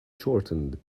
shortened